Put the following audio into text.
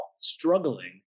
struggling